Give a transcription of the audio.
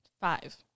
five